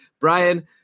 brian